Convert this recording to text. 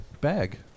bag